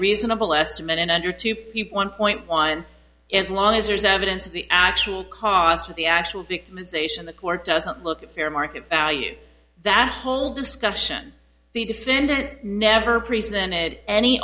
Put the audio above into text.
reasonable estimate and under two people one point one as long as there is evidence of the actual cost of the actual victimisation the court doesn't look at fair market value that whole discussion the defendant never presented any